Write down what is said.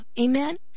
Amen